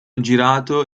girato